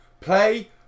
Play